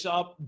up